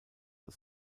aus